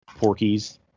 Porkies